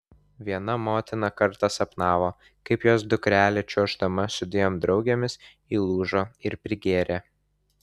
viena motina kartą sapnavo kaip jos dukrelė čiuoždama su dviem draugėmis įlūžo ir prigėrė